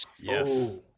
Yes